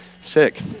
sick